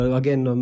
again